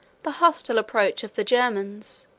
the hostile approach of the germans,